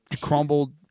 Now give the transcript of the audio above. Crumbled